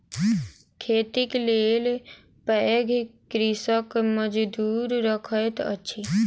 खेतीक लेल पैघ कृषक मजदूर रखैत अछि